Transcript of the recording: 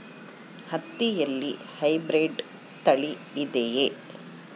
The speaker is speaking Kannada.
ಹತ್ತಿಯಲ್ಲಿ ಹೈಬ್ರಿಡ್ ತಳಿ ಇದೆಯೇ?